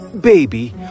Baby